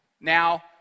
Now